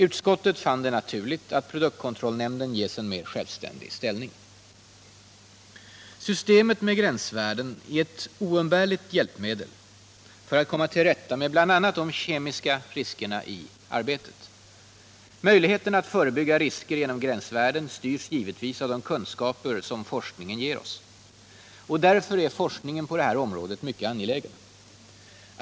Utskottet fann det naturligt att produktkontrollnämnden ges en mer självständig ställning. Systemet med gränsvärden är ett oumbärligt hjälpmedel för att komma till rätta med bl.a. de kemiska riskerna i arbetet. Möjligheterna att förebygga risker genom gränsvärden styrs givetvis av de kunskaper som forskningen ger oss. Därför är forskningen på detta område mycket angelägen.